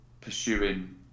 pursuing